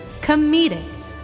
comedic